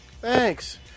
Thanks